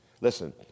Listen